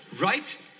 right